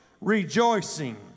rejoicing